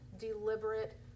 Deliberate